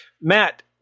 Matt